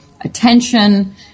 attention